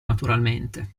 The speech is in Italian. naturalmente